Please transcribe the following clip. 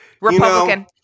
Republican